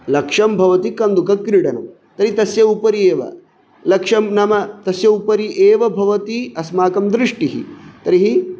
लक्ष्यं भवति कन्दुकक्रीडनं तर्हि तस्य उपरि एव लक्ष्यं नाम तस्य उपरि एव भवति अस्माकं दृष्टिः तर्हि